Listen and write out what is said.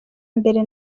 mbere